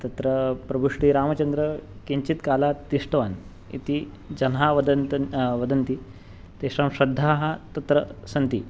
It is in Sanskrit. तत्र प्रभुश्रीरामचन्द्रः किञ्चित् कालात् तिष्टवान् इति जनाः वदन्तः वदन्ति तेषां श्रद्धाः तत्र सन्ति